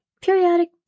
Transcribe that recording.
periodic